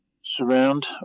surround